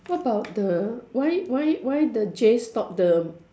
what about the why why why the Jay stop the